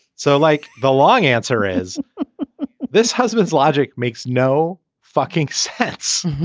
so like the long answer is this husband's logic makes no fucking sense.